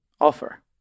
offer